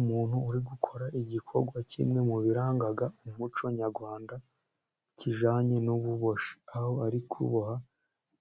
Umuntu uri gukora igikorwa kimwe mu birangaga, umuco nyarwanda kijyanye n'ububoshi, aho ari kuboha